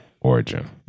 origin